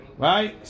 Right